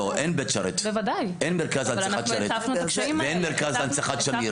אין מרכז להנצחת שרת ואין מרכז להנצחת שמיר.